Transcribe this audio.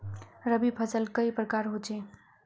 रवि फसल कई प्रकार होचे?